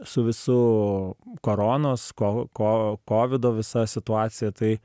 su visu koronos ko ko kovido visa situacija tai